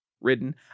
Ridden